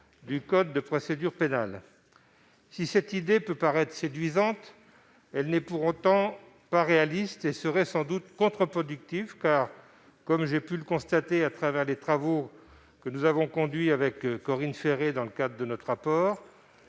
du code de procédure pénale. Si cette idée peut paraître séduisante, elle n'est pas réaliste et serait sans doute contreproductive. En effet, comme j'ai pu le constater au travers des travaux que nous avons conduits avec Corinne Féret dans le cadre de notre rapport,